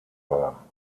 war